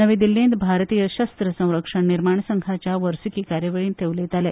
नवी दिल्लींत भारतीय शस्त्र संरक्षण निर्माण संघाच्या वर्सुकी कार्यावळींत ते उलयताले